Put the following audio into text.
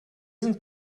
sind